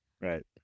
Right